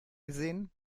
gesehen